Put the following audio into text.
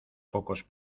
pocos